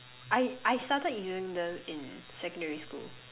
I I started using them in secondary school